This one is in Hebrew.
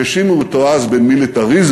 האשימו אותו אז במיליטריזם.